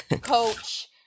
coach